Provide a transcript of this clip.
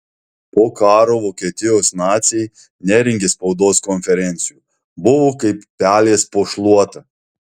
po karo vokietijos naciai nerengė spaudos konferencijų buvo kaip pelės po šluota